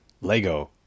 Lego